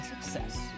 success